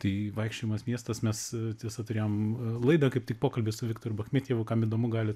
tai vaikščiojimas miestas mes tiesa turėjom laidą kaip tik pokalbis su viktoru bachmitjevu kam įdomu gali